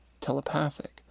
telepathic